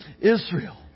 Israel